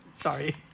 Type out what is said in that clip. Sorry